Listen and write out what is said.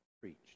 preached